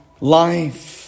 life